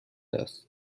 است